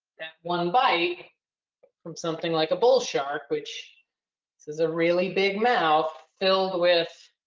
that one bite from something like a bull shark, which is a really big mouth filled with